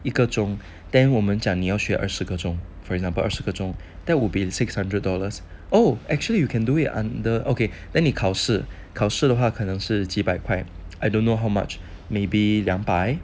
一个钟 then 我们讲你要学二十个钟 for example 二十个钟 that will be the six hundred dollars oh actually you can do it under okay then 你考试考试的话可能是几百块 I don't know how much maybe 两百